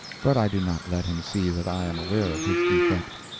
but i do not let him see that i am aware of his defect.